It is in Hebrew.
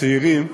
הצעירים,